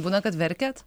būna kad verkiat